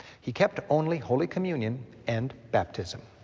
he kept only holy communion and baptism.